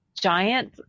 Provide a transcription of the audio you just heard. giant